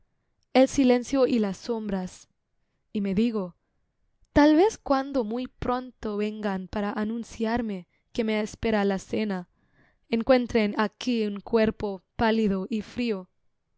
el silencio y las sombras y me digo tal vez cuando muy pronto vengan para anunciarme que me espera la cena encuentren aquí un cuerpo pálido y frío